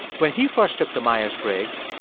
when he first took the myers-briggs,